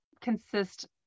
consist